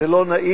זה לא נעים,